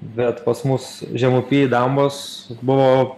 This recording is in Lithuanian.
bet pas mus žemupy dambos buvo